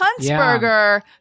Huntsberger